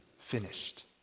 finished